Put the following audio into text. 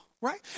Right